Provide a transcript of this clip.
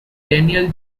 daniel